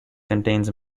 contains